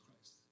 Christ